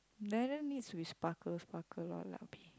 like that means we sparkle sparkle loh